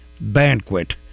Banquet